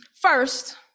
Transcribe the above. First